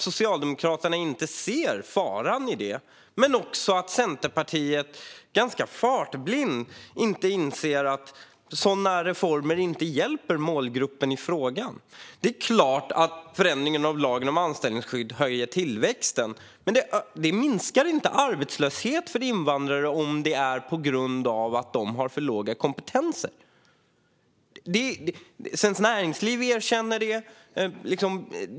Socialdemokraterna ser inte faran i detta, och även Centerpartiet är ganska fartblint och inser inte att sådana reformer inte hjälper målgruppen i fråga. Det är klart att förändringen av lagen om anställningsskydd höjer tillväxten, men den minskar inte arbetslösheten bland invandrare om denna beror på att de har för låg kompetens. Svenskt Näringsliv erkänner det.